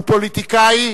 הוא פוליטיקאי